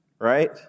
right